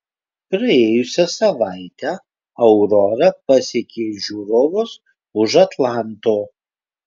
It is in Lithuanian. praėjusią savaitę aurora pasiekė ir žiūrovus už atlanto